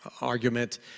argument